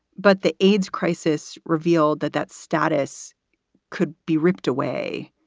but the aids crisis revealed that that status could be ripped away.